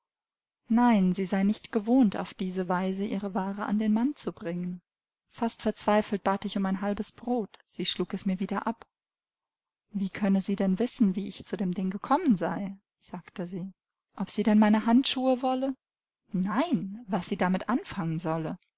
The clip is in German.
nein sie sei nicht gewohnt auf diese weise ihre ware an den mann zu bringen fast verzweifelt bat ich um ein halbes brot sie schlug es mir wieder ab wie könne sie denn wissen wie ich zu dem ding gekommen sei sagte sie ob sie denn meine handschuhe wolle nein was sie damit anfangen solle